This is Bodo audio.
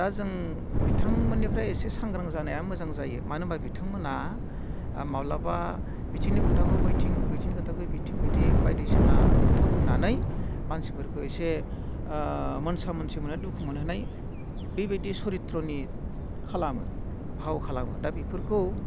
दा जों बिथांमोननिफ्राय एसे सांग्रां जानाया मोजां जायो मानो होमब्ला बिथांमोनहा माब्लाबा बिथिंनि खोथाखौ बैथिं बैथिंनि खोथाखौ बिथिंबायदि बायदिसिना खोथा बुंनानै मानसिफोरखौ एसे मोनसा मोनसि मोनहोनाय दुखु मोनहोनाय बेबायदि सरिथ्र'नि खालामो भाव खालामो दा बेफोरखौ